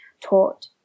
taught